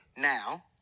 now